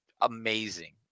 amazing